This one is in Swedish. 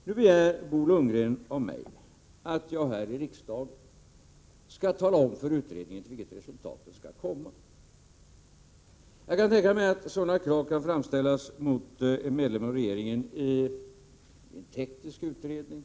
Nu begär Bo Lundgren av mig att jag här i riksdagen skall tala om för utredningen till vilket resultat den skall komma. Jag kan tänka mig att sådana krav kan framställas mot en medlem av regeringen då det handlar om tekniska utredningar.